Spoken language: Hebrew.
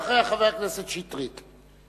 אחריה, חבר הכנסת שטרית.